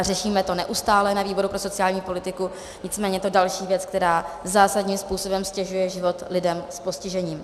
Řešíme to neustále na výboru pro sociální politiku, nicméně je to další věc, která zásadním způsobem ztěžuje život lidem s postižením.